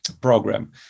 program